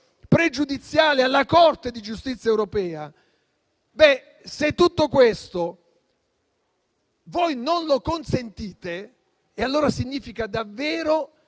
pregiudiziale alla Corte di giustizia europea, quindi se tutto questo voi non lo consentite, allora significa davvero